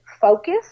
focus